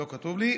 לא כתוב לי: